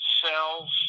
cells